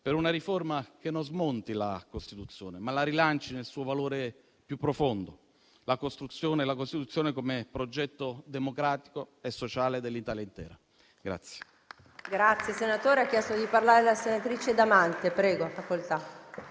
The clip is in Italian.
per una riforma che non smonti la Costituzione, ma la rilanci nel suo valore più profondo; la Costituzione come progetto democratico e sociale dell'Italia intera.